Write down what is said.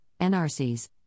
NRCs